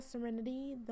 serenity